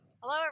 Hello